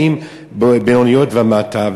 באות בינוניות ומטה,